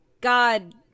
god